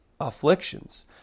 afflictions